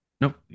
Nope